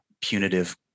punitive